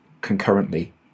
concurrently